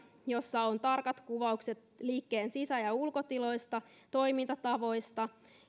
jossa on tarkat kuvaukset liikkeen sisä ja ulkotiloista toimintatavoista